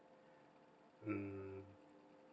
mm